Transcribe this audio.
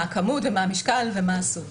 מה הכמות, מה המשקל ומה הצורך.